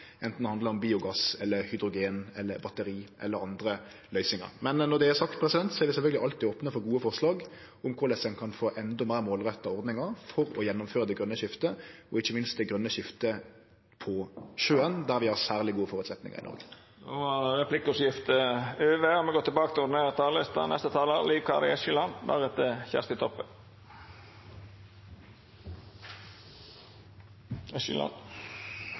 handlar om biogass, hydrogen, batteri eller andre løysingar. Men når det er sagt, er vi sjølvsagt alltid opne for gode forslag om korleis ein kan få endå meir målretta ordningar for å gjennomføre det grøne skiftet, og ikkje minst det grøne skiftet på sjøen, der vi har særleg gode føresetnader. Replikkordskiftet er over. Dei talarane som heretter får ordet, har ei taletid på inntil 3 minutt. Det er ikkje til